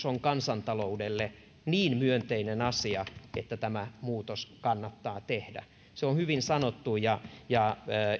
on kansantaloudelle niin myönteinen asia että tämä muutos kannattaa tehdä se on hyvin sanottu ja ja